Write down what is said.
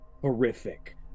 horrific